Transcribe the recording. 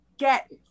get